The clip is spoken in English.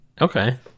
Okay